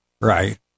Right